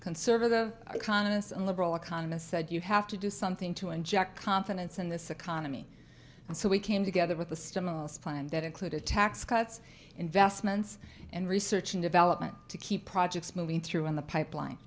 conservative economists and liberal economists said you have to do something to inject confidence in this economy and so we came together with a stimulus plan that included tax cuts investments in research and development to keep projects moving through in the pipeline